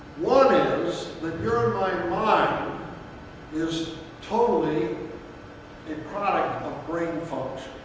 one is that your and my mind is totally a product of brain function.